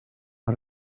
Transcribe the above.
are